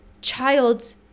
child's